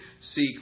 seek